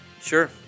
Sure